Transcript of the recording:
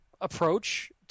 approach